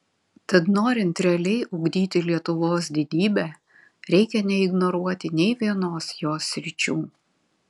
tad norint realiai ugdyti lietuvos didybę reikia neignoruoti nei vienos jos sričių